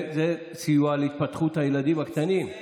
סיוע להתפתחות הילדים הקטנים.